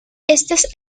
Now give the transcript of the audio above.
estas